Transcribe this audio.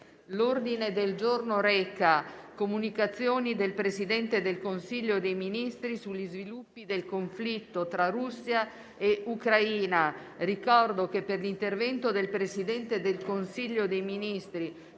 L'ordine del giorno reca: «Comunicazioni del Presidente del Consiglio dei ministri sugli sviluppi del conflitto tra Russia e Ucraina». Ricordo che per l'intervento del Presidente del Consiglio dei ministri,